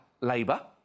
labour